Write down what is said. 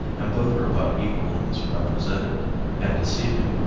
and both are about equally misrepresented and deceiving.